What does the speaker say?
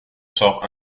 sort